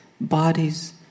bodies